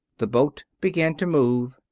the boat began to move.